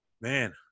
Man